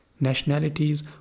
nationalities